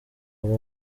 abo